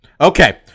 Okay